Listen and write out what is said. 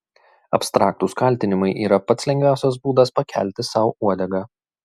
abstraktūs kaltinimai yra pats lengviausias būdas pakelti sau uodegą